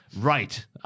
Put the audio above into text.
Right